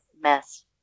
mess